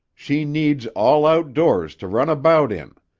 she needs all outdoors to run about in.